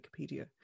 Wikipedia